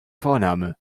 vorname